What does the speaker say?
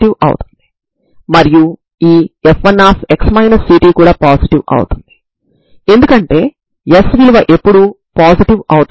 అంటే sin μ cos μb cos μa sin μx cos μa cos μx sin μa అవుతుంది